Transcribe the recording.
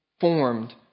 formed